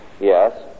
Yes